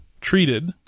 treated